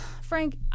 Frank